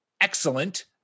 excellent